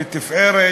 לתפארת,